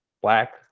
black